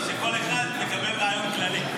או שכל אחד מקבל רעיון כללי?